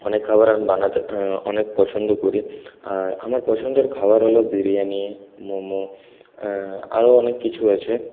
অনেক খাবার আমি বানাতে অনেক পছন্দ করি আর আমার পছন্দের খাবার হল বিরিয়ানি মোমো আরও অনেক কিছু আছে